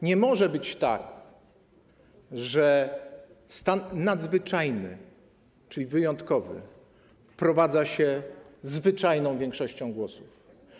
Nie może być tak, że stan nadzwyczajny, czyli wyjątkowy, wprowadza się zwyczajną większością głosów.